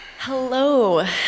Hello